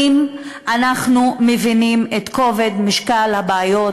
האם אנחנו מבינים את כובד משקל הבעיות